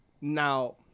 Now